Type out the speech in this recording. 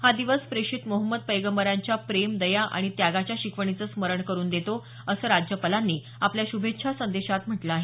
हा दिवस प्रेषित मोहम्मद पैगंबरांच्या प्रेम दया आणि त्यागाच्या शिकवणीचं स्मरण करुन देतो असं राज्यपालांनी आपल्या श्रभेच्छा संदेशात म्हटलं आहे